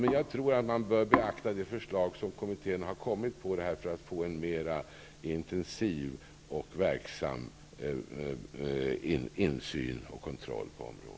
Men jag tror att de förslag som kommittén har lagt fram bör beaktas för att få en mera intensiv och verksam insyn och kontroll på området.